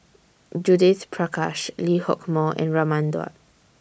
Judith Prakash Lee Hock Moh and Raman Daud